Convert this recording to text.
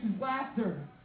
laughter